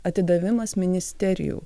atidavimas ministerijų